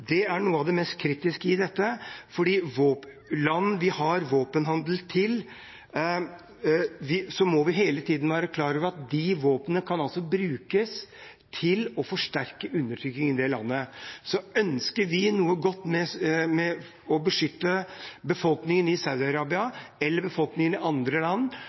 det er noe av det mest kritiske i dette. Når det gjelder land vi har våpenhandel med, må vi hele tiden være klar over at våpnene kan brukes til å forsterke undertrykking i det landet. Ønsker vi noe godt og å beskytte befolkningen i Saudi-Arabia, eller befolkningen i andre land